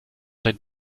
den